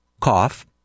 cough